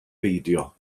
beidio